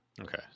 okay